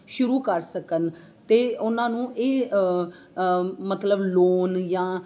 ਸ਼ੁਰੂ ਕਰ ਸਕਣ ਅਤੇ ਉਹਨਾਂ ਨੂੰ ਇਹ ਮਤਲਬ ਲੋਨ ਜਾਂ